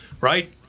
Right